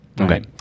Okay